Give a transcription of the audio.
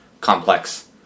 complex